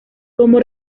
como